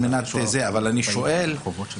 כמה זה